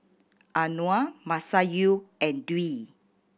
Anuar Masayu and Dwi